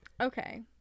Okay